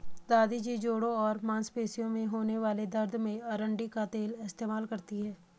दादी जी जोड़ों और मांसपेशियों में होने वाले दर्द में अरंडी का तेल इस्तेमाल करती थीं